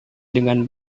dengan